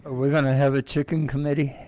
we're gonna have a chicken committee